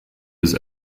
his